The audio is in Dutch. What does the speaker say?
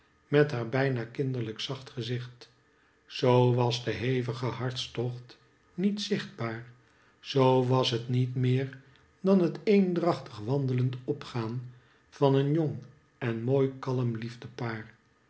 met haar bijna kinderlijk zacht gezicht zoo was de hevige hartstocht niet zichtbaar zoo was het niet meer dan het eendrachtig wandelend opgaan van een jong en mooi kalm